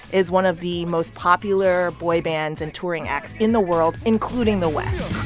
is one of the most popular boy bands and touring acts in the world, including the west